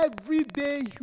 everyday